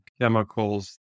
chemicals